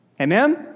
Amen